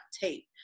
tape